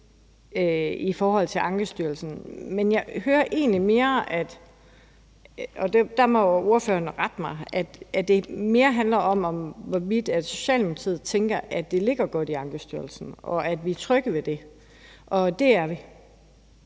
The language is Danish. i forhold til Ankestyrelsen, men jeg hører egentlig, og der må ordføreren rette mig, at det mere handler om, hvorvidt Socialdemokratiet tænker, at det ligger godt i Ankestyrelsen, og om vi er trygge ved det. Og det er vi.